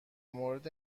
مورد